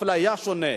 אפליה שונה: